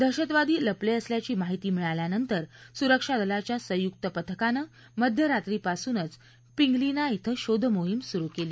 दहशतवादी लपले असल्याची माहिती मिळाल्यानंतर सुरक्षा दलाच्या संयुक्त पथकानं मध्यरात्रीपासून पिंगलीना इथं शोधमोहीम सुरु केली